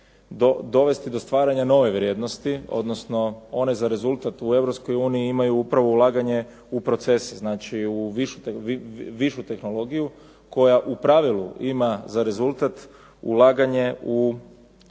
dovesti do stvaranja nove vrijednosti, odnosno one za rezultat u Europskoj uniji imaju upravo ulaganje u proces, znači u višu tehnologiju koja u pravilu ima za rezultat ulaganje tj.